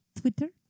Twitter